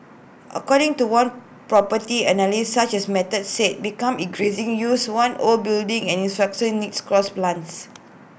according to one property analyst such as method say become increasingly used one old buildings and infrastructural needs cross plans